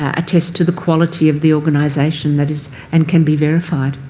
ah attest to the quality of the organisation that is and can be verified.